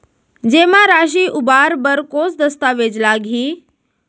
जेमा राशि उबार बर कोस दस्तावेज़ लागही?